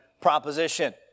proposition